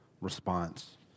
response